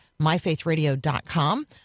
myfaithradio.com